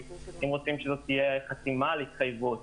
אם רוצים שתהיה חתימה על התחייבות